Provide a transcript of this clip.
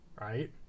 Right